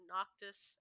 Noctis